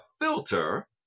filter